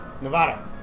Nevada